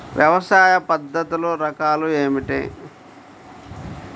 వ్యవసాయ పద్ధతులు రకాలు ఏమిటి?